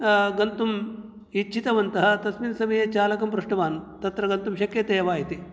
गन्तुं इच्छितवन्तः तस्मिन समये चालकं पृष्टवान् तत्र गन्तुं शक्यते वा इति